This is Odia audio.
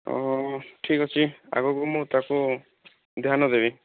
ହେଉ ଠିକ ଅଛି ଆଗକୁ ମୁଁ ତାକୁ ଧ୍ୟାନ ଦେବି